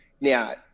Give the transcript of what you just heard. Now